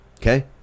okay